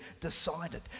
decided